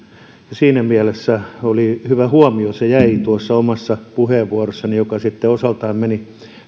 siinä mielessä se oli hyvä huomio ja se jäi tuossa omassa puheenvuorossani joka sitten osaltaan meni